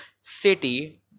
city